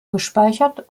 gespeichert